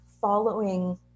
following